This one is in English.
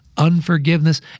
unforgiveness